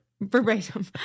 Verbatim